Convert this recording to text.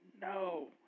no